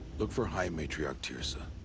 look for high matriarch teersa.